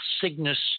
Cygnus